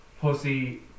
pussy